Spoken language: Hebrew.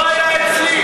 לא היה אצלי.